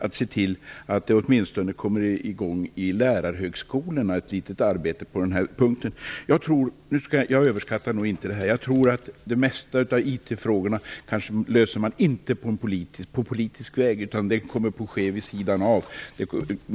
Det borde åtminstone komma i gång ett arbete på lärarhögskolorna på den punkten. Jag överskattar inte denna fråga. De flesta IT frågorna löses inte på politisk väg. De kommer att lösas vid sidan av.